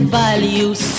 values